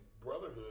Brotherhood